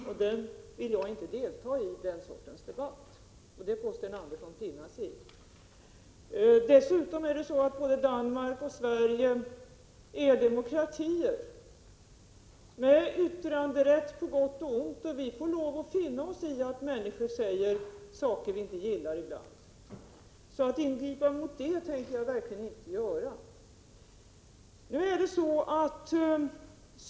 Jag vill inte delta i den sortens debatt, och det får Sten Andersson finna sig i. Dessutom är både Danmark och Sverige demokratier med yttranderätt, på gott och ont, och vi får finna oss i att människor ibland säger saker som vi inte gillar. Jag tänker verkligen inte ingripa mot det.